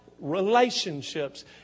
relationships